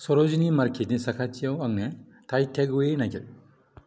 सर'जिनि मार्केटनि साखाथियाव आंनो थाइ टेकएवे नागिर